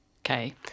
Okay